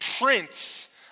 prince